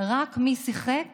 רק מי שיחק